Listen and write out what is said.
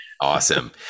awesome